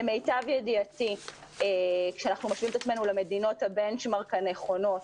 למיטב ידיעתי כשאנחנו משווים את עצמנו למדינות הבנצ'מארק הנכונות